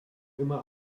immer